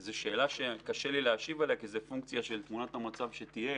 זו שאלה שקשה לי להשיב עליה כי זה פונקציה של תמונת המצב שתהיה